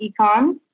Econ